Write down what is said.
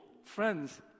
friends